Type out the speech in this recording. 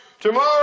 Tomorrow